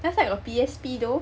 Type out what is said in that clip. last time got P_S_P though